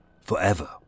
forever